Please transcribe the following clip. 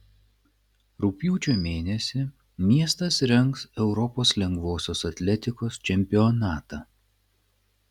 rugpjūčio mėnesį miestas rengs europos lengvosios atletikos čempionatą